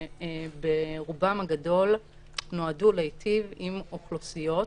שברובם הגדול נועדו להיטיב עם אוכלוסיות,